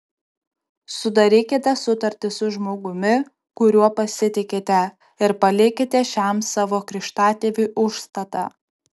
sudarykite sutartį su žmogumi kuriuo pasitikite ir palikite šiam savo krikštatėviui užstatą